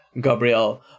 Gabriel